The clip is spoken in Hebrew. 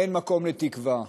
אין מקום לתקווה.